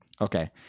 okay